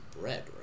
bread